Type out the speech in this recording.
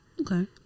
Okay